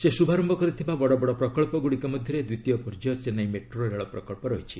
ସେ ଶ୍ରୁଭାରନ୍ତ କରିଥିବା ବଡ଼ ବଡ଼ ପ୍ରକଳ୍ପଗୁଡ଼ିକ ମଧ୍ୟରେ ଦ୍ୱିତୀୟ ପର୍ଯ୍ୟାୟ ଚେନ୍ନାଇ ମେଟ୍ରୋ ରେଳ ପ୍ରକଳ୍ପ ରହିଛି